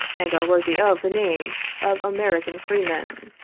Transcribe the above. and are worthy of the name of american freemen.